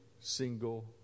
single